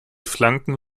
flanken